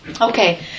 Okay